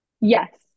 yes